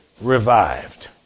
revived